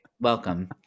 welcome